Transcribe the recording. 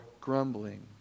grumbling